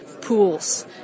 pools